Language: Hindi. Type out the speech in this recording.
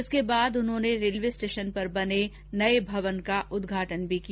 इसके बाद उन्होंने रेलवे स्टेशन पर बने नये भवन का उदघाटन भी किया